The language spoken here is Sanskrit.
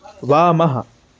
वामः